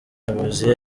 muyobozi